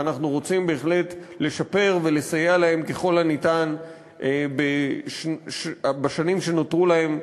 ואנחנו רוצים בהחלט לשפר ולסייע להם ככל הניתן בשנים שנותרו להם,